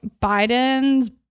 biden's